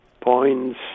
points